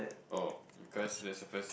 oh because that's the first